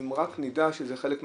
אם רק נדע שזה חלק מהשליחות,